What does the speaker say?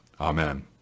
Amen